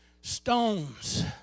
stones